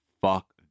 fuck